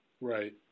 Right